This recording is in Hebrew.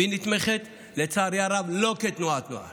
והיא נתמכת לצערי הרב לא כתנועת נוער